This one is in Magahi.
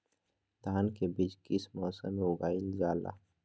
धान के बीज किस मौसम में उगाईल जाला?